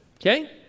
okay